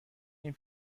این